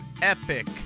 Epic